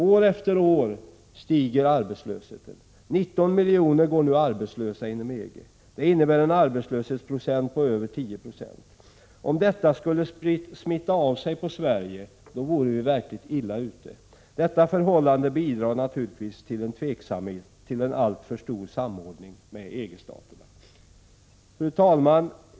År efter år stiger arbetslösheten. 19 miljoner går nu arbetslösa inom EG. Det innebär en arbetslöshet på över 10 Jo. Om detta skulle smitta av sig på Sverige vore vi verkligt illa ute. Detta förhållande bidrar naturligtvis till att tveksamhet uppstår om en alltför stor samordning med EG-staterna. Fru talman!